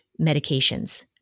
medications